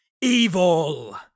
EVIL